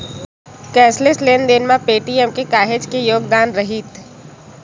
cashless लेन देन म पेटीएम के काहेच के योगदान रईथ